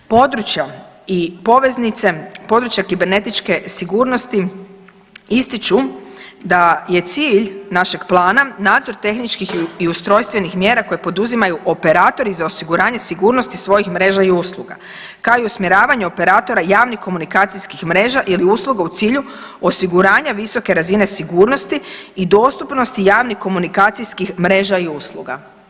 Područja i poveznice, područja kibernetičke sigurnosti ističu da je cilj našeg plana nadzor tehničkih i ustrojstvenih mjera koje poduzimaju operatori za osiguranje sigurnosti svojih mreža i usluga, kao i usmjeravanje operatora javnih komunikacijskih mreža ili usluga u cilju osiguranja visoke razine sigurnosti i dostupnosti javnih komunikacijskih mreža i usluga.